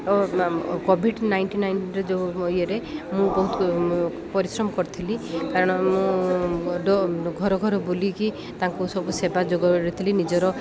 ଓ covid nineteen ନାଇନଟିର ଯେଉଁ ଇଏରେ ମୁଁ ବହୁତ ପରିଶ୍ରମ କରିଥିଲି କାରଣ ମୁଁ ଘର ଘର ବୁଲିକି ତାଙ୍କୁ ସବୁ ସେବା ଯୋଗାଇଥିଲି ନିଜର